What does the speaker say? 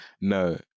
no